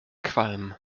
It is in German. qualm